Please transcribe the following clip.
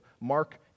Mark